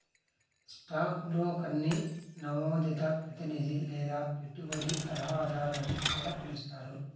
stock బ్రోకర్ని నమోదిత ప్రతినిధి లేదా పెట్టుబడి సలహాదారు అని కూడా పిలుస్తారు